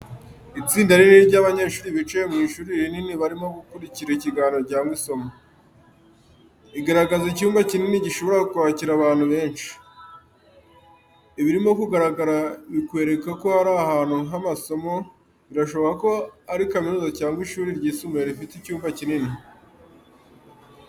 Itsinda rinini ry'abanyeshuri bicaye mu ishuri rinini barimo gukurikira ikiganiro cyangwa isomo. Igaragaza icyumba kinini gishobora kwakira abantu benshi. Ibirimo kugaragara bikwereka ko ari ahantu h’amasomo birashoboka ko ari kaminuza cyangwa ishuri ryisumbuye rifite icyumba kinini.